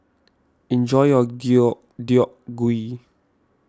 enjoy your Deodeok Gui